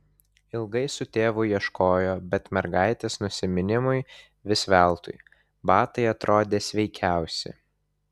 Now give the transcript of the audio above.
ilgai su tėvu ieškojo bet mergaitės nusiminimui vis veltui batai atrodė sveikiausi